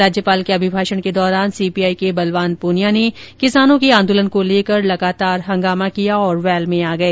राज्यपाल के अभिभाषण के दौरान सीपीआई के बलवान प्रनिया ने किसानों के आंदोलन को लेकर लगातार हंगामा किया और वैल में आ गए